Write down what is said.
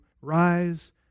Rise